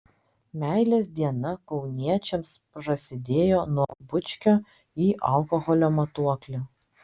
meilės diena kauniečiams prasidėjo nuo bučkio į alkoholio matuoklį